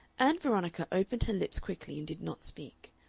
ann veronica opened her lips quickly and did not speak.